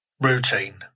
routine